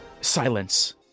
Silence